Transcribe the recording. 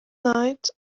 night